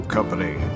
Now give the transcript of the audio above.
Company